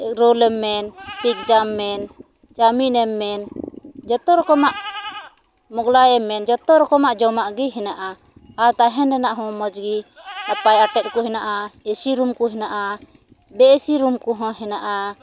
ᱨᱳᱞᱮᱢ ᱢᱮᱱ ᱯᱤᱡᱽᱡᱟᱢ ᱢᱮ ᱪᱟᱣᱢᱤᱱᱮᱢ ᱢᱮᱱ ᱡᱚᱛᱚ ᱨᱚᱠᱚᱢᱟᱜ ᱢᱚᱜᱽᱞᱟᱭᱮᱢ ᱢᱮᱱ ᱡᱚᱛᱚ ᱨᱚᱠᱚᱢᱟᱜ ᱡᱚᱢᱟᱜ ᱜᱮ ᱦᱮᱱᱟᱜᱼᱟ ᱟᱨ ᱛᱟᱦᱮᱱ ᱨᱮᱱᱟᱜ ᱦᱚᱸ ᱢᱚᱡᱽ ᱜᱮ ᱱᱟᱯᱟᱭ ᱟᱴᱮᱫ ᱠᱚ ᱦᱮᱱᱟᱜᱼᱟ ᱤᱥᱤ ᱨᱩᱢ ᱠᱚ ᱦᱮᱱᱟᱜᱼᱟ ᱵᱮᱥᱤ ᱨᱩᱢ ᱠᱚᱦᱚᱸ ᱦᱮᱱᱟᱜᱼᱟ